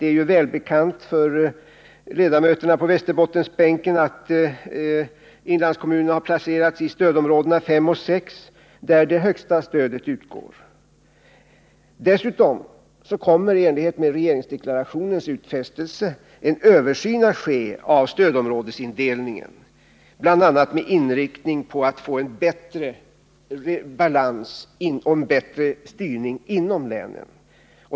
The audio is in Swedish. Det är ju välbekant för ledamöterna på Västerbottensbänken att inlandskommunerna placerats i stödområdena 5 och 6, där det högsta stödet utgår. Dessutom kommer, i enlighet med regeringsdeklarationens utfästelse, en översyn att ske av stödområdesindelningen, bl.a. med inriktning på att få en bättre balans och en bättre styrning inom länen.